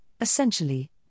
essentially